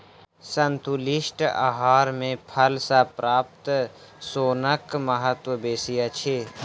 संतुलित आहार मे फल सॅ प्राप्त सोनक महत्व बेसी अछि